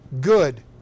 good